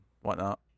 whatnot